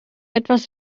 etwas